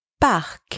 parc